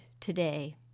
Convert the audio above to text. today